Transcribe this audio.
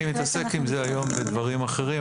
אני מתעסק עם זה היום בדברים אחרים,